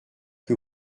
que